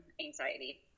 anxiety